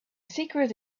secret